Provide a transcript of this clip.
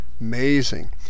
Amazing